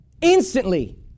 Instantly